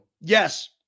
yes